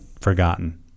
forgotten